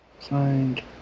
Signed